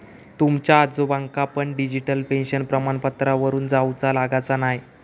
तुमच्या आजोबांका पण डिजिटल पेन्शन प्रमाणपत्रावरून जाउचा लागाचा न्हाय